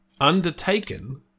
Undertaken